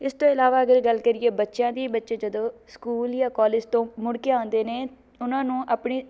ਇਸ ਤੋਂ ਇਲਾਵਾ ਅਗਰ ਗੱਲ ਕਰੀਏ ਬੱਚਿਆਂ ਦੀ ਬੱਚੇ ਜਦੋਂ ਸਕੂਲ ਜਾਂ ਕੋਲਿਜ ਤੋਂ ਮੁੜ ਕੇ ਆਉਂਦੇ ਨੇ ਉਹਨਾਂ ਨੂੰ ਆਪਣੀ